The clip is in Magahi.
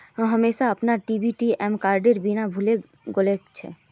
मोहन अपनार ए.टी.एम कार्डेर पिन भूले गेलछेक